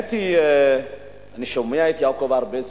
האמת היא שאני שומע את יעקב הרבה זמן.